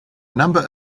number